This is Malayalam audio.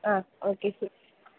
ആഹ് ഓക്കെ